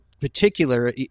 particular